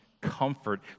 comfort